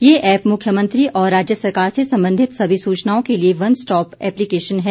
ये ऐप मुख्यमंत्री और राज्य सरकार से संबंधित सभी सूचनाओं के लिए वन स्टॉप एप्लिकेशन है